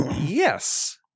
yes